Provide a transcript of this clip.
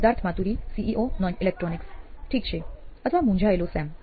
Siddharth Maturi CEO નોઇન electronics ઠીક છે અથવા મૂંઝાયેલો સેમ